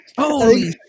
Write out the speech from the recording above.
Holy